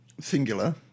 Singular